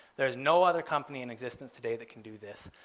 there's no other company in existence today that can do this.